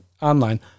online